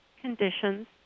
conditions